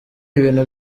ibintu